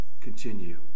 continue